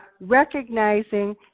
recognizing